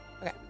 Okay